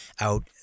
out